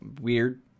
weird